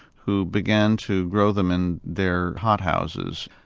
who began to grow them in their hothouses.